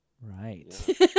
right